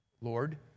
Lord